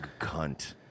cunt